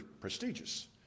prestigious